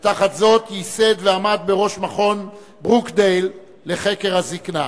ותחת זאת ייסד ועמד בראש מכון ברוקדייל לחקר הזיקנה.